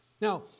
Now